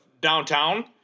downtown